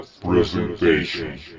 PRESENTATION